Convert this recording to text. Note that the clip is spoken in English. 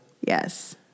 Yes